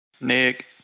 Nick